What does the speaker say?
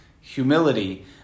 humility